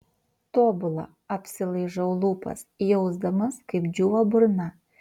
tobula apsilaižau lūpas jausdamas kaip džiūva burna